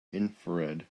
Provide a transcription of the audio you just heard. infrared